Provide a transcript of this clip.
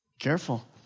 Careful